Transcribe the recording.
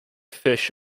fish